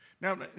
Now